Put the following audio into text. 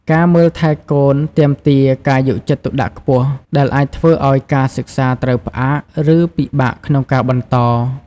ការមើលថែទាំកូនទាមទារការយកចិត្តទុកដាក់ខ្ពស់ ដែលអាចធ្វើឱ្យការសិក្សាត្រូវផ្អាក ឬពិបាកក្នុងការបន្ត។